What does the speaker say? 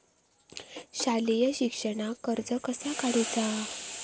शालेय शिक्षणाक कर्ज कसा काढूचा?